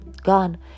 gone